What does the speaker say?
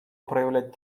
проявлять